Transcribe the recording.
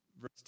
Verse